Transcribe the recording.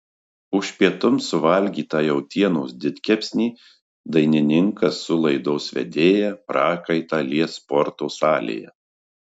už pietums suvalgytą jautienos didkepsnį dainininkas su laidos vedėja prakaitą lies sporto salėje